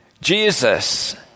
Jesus